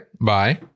Bye